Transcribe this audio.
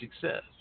success